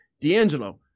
D'Angelo